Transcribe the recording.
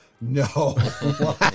No